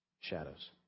shadows